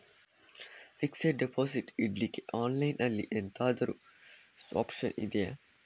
Fixed deposit ಇಡ್ಲಿಕ್ಕೆ online ಅಲ್ಲಿ ಎಂತಾದ್ರೂ ಒಪ್ಶನ್ ಇದ್ಯಾ?